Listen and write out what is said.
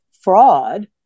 fraud